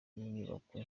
y’inyubako